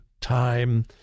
time